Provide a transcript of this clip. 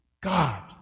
God